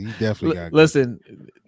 listen